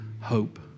hope